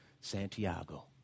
Santiago